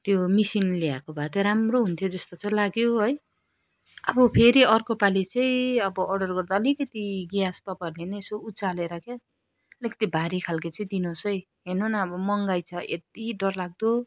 त्यो मेसिन ल्याएको भए त राम्रो हुन्थ्यो जस्तो चाहिँ लाग्यो है अब फेरि अर्कोपालि चाहिँ अब अर्डर गर्दा अब अलिकति ग्यास तपाईँहरूले पनि यसो उचालेर के अलिकति भारी खालको चाहिँ दिनुहोस् है हेर्नु न अब महँगाइ छ यत्ति डरलाग्दो